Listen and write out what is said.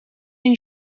een